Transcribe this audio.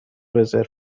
رزرو